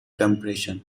compression